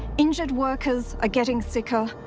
injured workers are getting sicker,